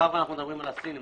מאחר שאנחנו מדברים על הסינים,